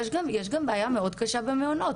ישנה גם בעיה מאוד מאוד קשה במעונות.